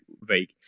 vague